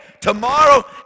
tomorrow